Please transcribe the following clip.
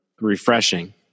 refreshing